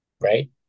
right